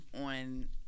On